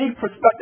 perspective